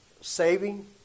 saving